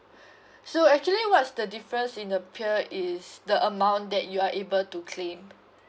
so actually what's the difference in appear is the amount that you are able to claim